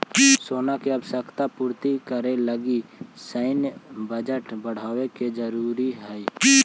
सेना के आवश्यकता पूर्ति करे लगी सैन्य बजट बढ़ावे के जरूरी हई